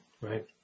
right